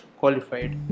qualified